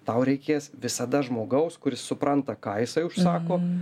tau reikės visada žmogaus kuris supranta ką jisai užsako